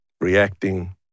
reacting